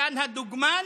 עידן הדוגמן,